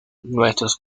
nuestros